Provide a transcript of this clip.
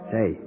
Say